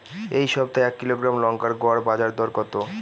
এই সপ্তাহে এক কিলোগ্রাম লঙ্কার গড় বাজার দর কত?